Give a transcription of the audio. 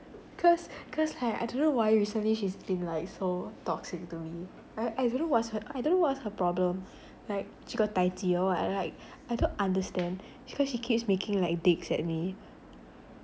cause cause I I don't know why recently she's been like so toxic to me I I don't know what's her I don't know what's her problem like she got tai ji or what like I don't understand cause she keeps making like dicks at me